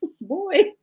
Boy